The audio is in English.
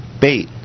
bait